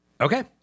Okay